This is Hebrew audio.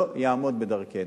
לא יעמוד בדרכנו,